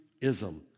ism